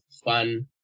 fun